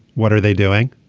what are they doing.